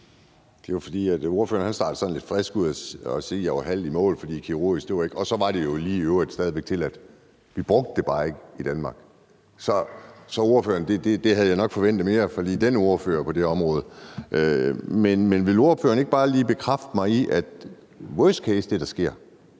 Andersen (NB): Ordføreren startede sådan lidt friskt ud med at sige, at jeg var halvt i mål, fordi kirurgisk kønsskifte ikke var tilladt – og så var det jo lige i øvrigt stadig væk tilladt; vi brugte det bare ikke i Danmark. Der havde jeg nok forventet mere fra lige den ordfører på det område. Men vil ordføreren ikke bare lige bekræfte mig i, at worst case er det, der sker